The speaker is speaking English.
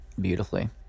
beautifully